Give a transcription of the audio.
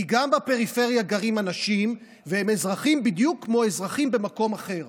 כי גם בפריפריה גרים אנשים והם אזרחים בדיוק כמו אזרחים במקום אחר,